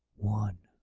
one.